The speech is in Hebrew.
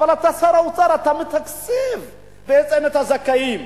אבל אתה שר האוצר, אתה מתקצב בהתאם את הזכאים.